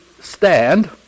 stand